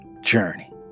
journey